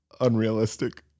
Unrealistic